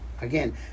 Again